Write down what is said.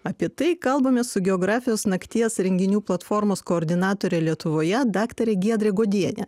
apie tai kalbamės su geografijos nakties renginių platformos koordinatore lietuvoje daktatrė giedrė godienė